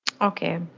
Okay